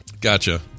Gotcha